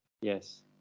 yes